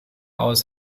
aus